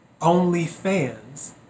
OnlyFans